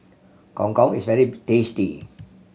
Gong Gong is very tasty